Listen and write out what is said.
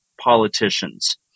politicians